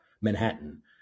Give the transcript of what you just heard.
Manhattan